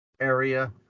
area